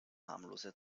harmlose